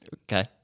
Okay